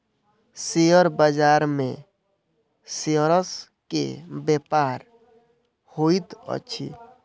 share बाजार में shares के व्यापार होइत अछि